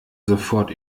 sofort